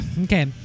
Okay